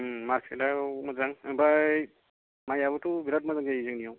मारकेटयाव मोजां ओमफाय माइयाबोथ' बिराथ मोजां जायो जोंनियाव